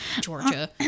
georgia